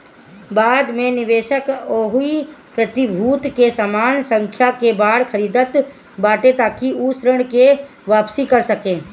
बाद में निवेशक ओही प्रतिभूति के समान संख्या में बांड खरीदत बाटे ताकि उ ऋण के वापिस कर सके